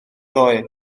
ddoe